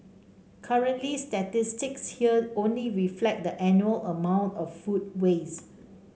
currently statistics here only reflect the annual amount of food waste